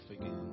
again